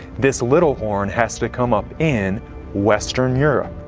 this little horn has to come up in western europe.